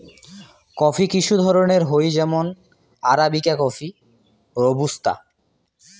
coffee কিসু ধরণের হই যেমন আরাবিকা কফি, রোবুস্তা